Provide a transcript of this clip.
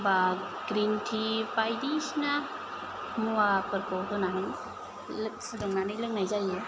बा green tea बायदिसिना मुवाफोरखौ होनानै फुदुंनानै लोंनाय जायो